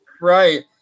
right